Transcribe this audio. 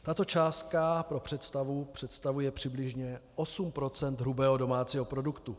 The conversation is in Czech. Tato částka pro představu představuje přibližně 8 % hrubého domácího produktu.